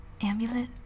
amulet